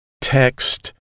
text